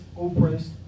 oppressed